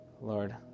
Lord